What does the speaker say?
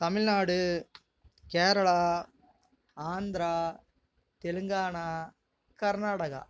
Tamil Nadu Kerala Andhra Telangana Karnataka